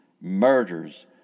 murders